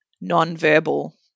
non-verbal